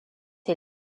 est